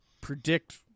predict